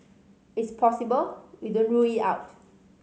it's possible we don't rule it out